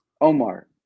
Omar